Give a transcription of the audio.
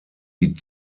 die